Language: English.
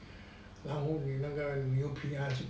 然后你那个牛皮啊就